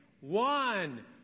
One